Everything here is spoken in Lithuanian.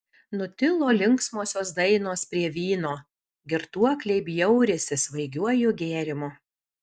nutilo linksmosios dainos prie vyno girtuokliai bjaurisi svaigiuoju gėrimu